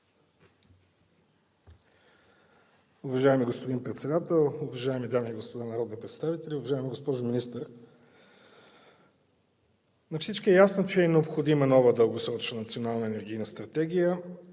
Уважаеми господин Председател, уважаеми дами и господа народни представители, уважаема госпожо Министър! На всички е ясно, че е необходима нова дългосрочна Национална енергийна стратегия,